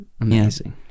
amazing